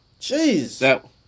Jeez